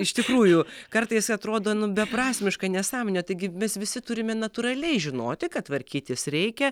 iš tikrųjų kartais atrodo nu beprasmiška nesąmonė taigi mes visi turime natūraliai žinoti kad tvarkytis reikia